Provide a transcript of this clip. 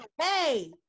hey